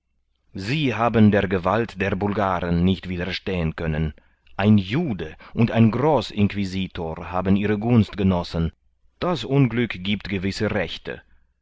sie haben der gewalt der bulgaren nicht widerstehen können ein jude und ein großinquisitor haben ihre gunst genossen das unglück giebt gewisse rechte